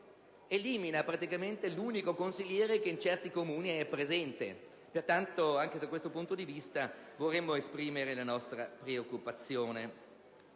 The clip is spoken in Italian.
eliminerà praticamente l'unico consigliere italiano presente. Pertanto, anche da questo punto di vista vorremmo esprimere la nostra preoccupazione.